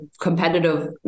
competitive